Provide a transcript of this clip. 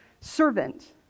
servant